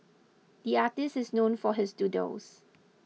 the artist is known for his doodles